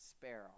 sparrow